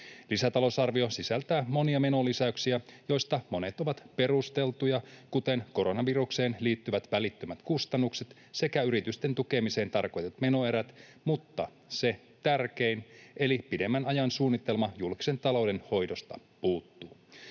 Lisätalousarvio sisältää monia menolisäyksiä, joista monet ovat perusteltuja, kuten koronavirukseen liittyvät välittömät kustannukset sekä yritysten tukemiseen tarkoitetut menoerät, mutta se tärkein eli pidemmän ajan suunnitelma julkisen talouden hoidosta puuttuu.